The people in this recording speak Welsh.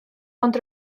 ond